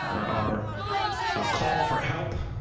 our call for help,